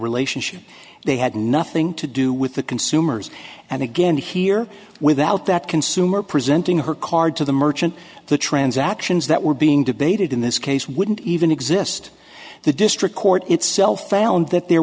relationship they had nothing to do with the consumers and again here without that consumer presenting her card to the merchant the transactions that were being debated in this case wouldn't even exist the district court itself found that there